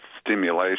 stimulation